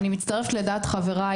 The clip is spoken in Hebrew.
אני מצטרפת לדעת חבריי,